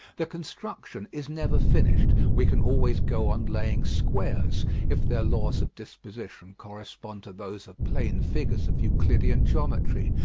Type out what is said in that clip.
the construction is never finished we can always go on laying squares if their laws of disposition correspond to those of plane figures of euclidean geometry.